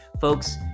folks